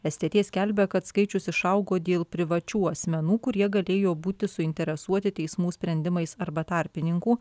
stt skelbia kad skaičius išaugo dėl privačių asmenų kurie galėjo būti suinteresuoti teismų sprendimais arba tarpininkų